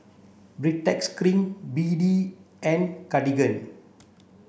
Baritex cream B D and Cartigain